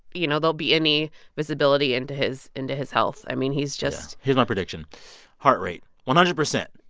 you know, there'll be any visibility into his into his health. i mean, he's just. here's my prediction heart rate, one hundred percent. yeah.